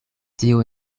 tio